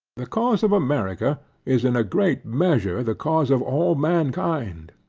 the cause of america is in a great measure the cause of all mankind.